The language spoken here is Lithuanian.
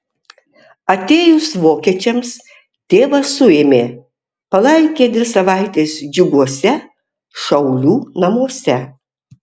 atėjus vokiečiams tėvą suėmė palaikė dvi savaites džiuguose šaulių namuose